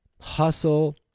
hustle